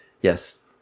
yes